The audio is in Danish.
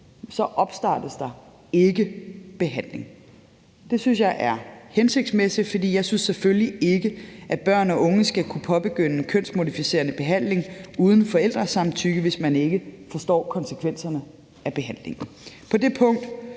opstartes der ikke en behandling. Det synes jeg er hensigtsmæssigt, for jeg synes selvfølgelig ikke, at børn og unge skal kunne påbegynde en kønsmodificerede behandling uden forældresamtykke, hvis man ikke forstår konsekvenserne af behandlingen. På det punkt